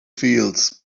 fields